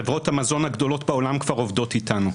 חברות המזון הגדולות בעולם כבר עובדות איתנו.